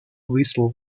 whistle